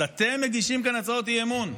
אז אתם מגישים כאן הצעות אי-אמון?